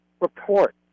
report